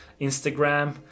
Instagram